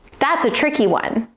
that's a tricky one,